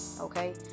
okay